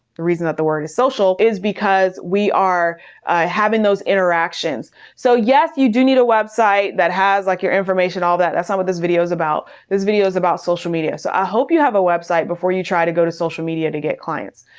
the reason that the word is social is because we are having those interactions. so yes, you do need a website that has like your information, all that. that's not what this video is about. this video is about social media. so i hope you have a website before you try to go to social media to get clients.